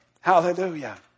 Hallelujah